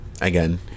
again